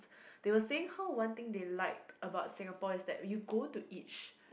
they were saying how one thing they liked about Singapore is that you go to each